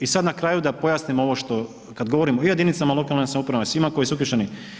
I sad na kraju da pojasnim ovo što, kad govorimo o jedinicama lokalne samouprave, svima koji su uključeni.